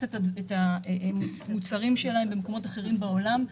את המוצרים שלהן במקומות אחרים בעולם.